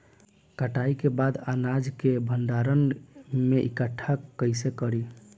कटाई के बाद अनाज के भंडारण में इकठ्ठा कइसे करी?